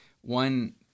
One